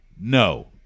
no